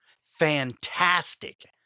fantastic